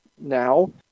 now